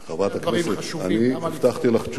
חברת הכנסת, אני הבטחתי לך תשובה.